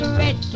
red